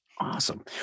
Awesome